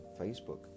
Facebook